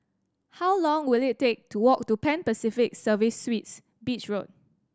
how long will it take to walk to Pan Pacific Service Suites Beach Road